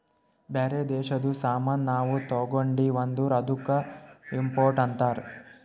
ಬ್ಯಾರೆ ದೇಶದು ಸಾಮಾನ್ ನಾವು ತಗೊಂಡಿವ್ ಅಂದುರ್ ಅದ್ದುಕ ಇಂಪೋರ್ಟ್ ಅಂತಾರ್